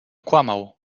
kłamał